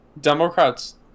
Democrats